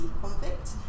convict